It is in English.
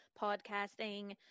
podcasting